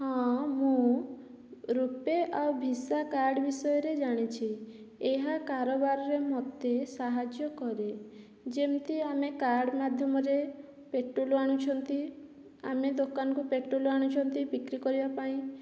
ହଁ ମୁଁ ରୁପେ ଆଉ ଭିସା କାର୍ଡ଼ ବିଷୟରେ ଜାଣିଛି ଏହା କାରବାରରେ ମୋତେ ସାହାଯ୍ୟ କରେ ଯେମିତି ଆମେ କାର୍ଡ଼ ମାଧ୍ୟମରେ ପେଟ୍ରୋଲ ଆଣୁଛନ୍ତି ଆମେ ଦୋକାନକୁ ପେଟ୍ରୋଲ ଆଣୁଛନ୍ତି ବିକ୍ରି କରିବାପାଇଁ